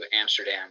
amsterdam